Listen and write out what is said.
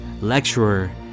lecturer